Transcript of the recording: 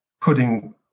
Putting